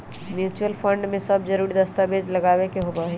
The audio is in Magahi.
म्यूचुअल फंड में सब जरूरी दस्तावेज लगावे के होबा हई